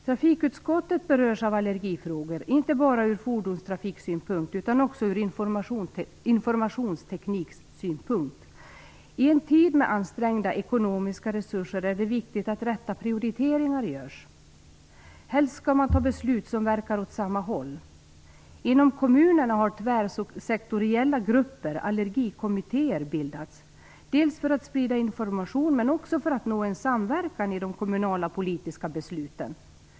Trafikutskottet berörs också av allergifrågor, inte bara ur fordonstrafiksynpunkt utan också ur informationstekniksynpunkt. I en tid med ansträngda ekonomiska resurser är det viktigt att rätta prioriteringar görs. Helst skall man fatta beslut som verkar åt samma håll. Inom kommunerna har tvärsektoriella grupper, allergikommittéer, bildats dels för att sprida information, dels för att nå en samverkan i de kommunala politiska besluten.